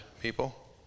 people